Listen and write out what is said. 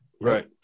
right